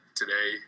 today